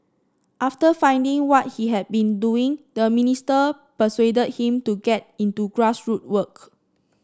after finding what he had been doing the minister persuaded him to get into grass root work